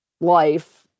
life